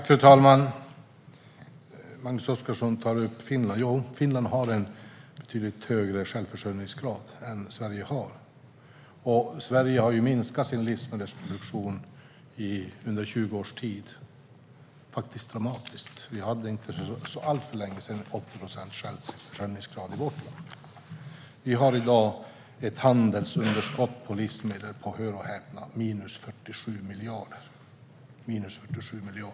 Fru talman! Magnus Oscarsson tar upp Finland. Finland har en betydligt högre självförsörjningsgrad än Sverige. Sverige har faktiskt minskat sin livsmedelsproduktion dramatiskt under 20 års tid. Vi hade för inte alltför länge sedan en självförsörjningsgrad på 80 procent i vårt land. Vi har i dag ett handelsunderskott på livsmedel på - hör och häpna - minus 47 miljarder.